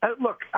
look